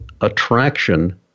attraction